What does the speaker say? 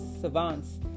savants